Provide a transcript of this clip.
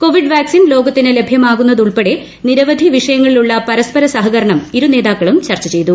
Covid vaccine ലോകത്തിന് ലഭ്യമാക്കുന്നതുൾപ്പെടെ നിരവധി വിഷയങ്ങളിലുള്ള പരസ്പര സഹകരണം ഇരുനേതാക്കളും ചർച്ച ചെയ്തു